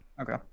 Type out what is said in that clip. okay